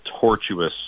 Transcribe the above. tortuous